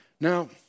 Now